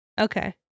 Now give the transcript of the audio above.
Okay